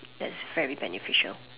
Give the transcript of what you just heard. that's very beneficial